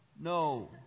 no